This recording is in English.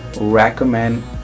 recommend